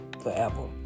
forever